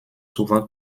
souvent